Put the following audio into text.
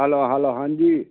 hello hello ਹਾਂਜੀ